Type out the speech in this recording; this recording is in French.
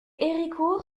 héricourt